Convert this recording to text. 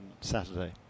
Saturday